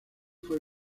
fue